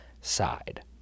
side